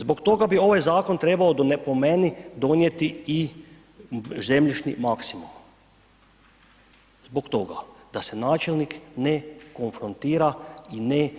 Zbog toga bi ovaj zakon trebao, po meni donijeti i zemljišni maksimu, zbog toga da se načelnik ne konfrontira i ne,